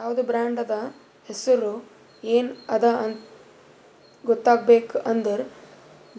ಯಾವ್ದು ಬ್ರಾಂಡ್ ಅದಾ, ಹೆಸುರ್ ಎನ್ ಅದಾ ಇದು ಗೊತ್ತಾಗಬೇಕ್ ಅಂದುರ್